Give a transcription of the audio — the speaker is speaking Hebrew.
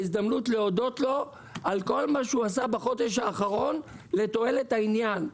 זו הזדמנות להודות לו על כל מה שעשה בחודש האחרון לתועלת העניין.